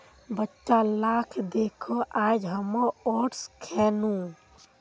बच्चा लाक दखे आइज हामो ओट्स खैनु